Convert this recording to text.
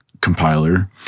compiler